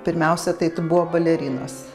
pirmiausia tai buvo balerinos